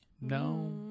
No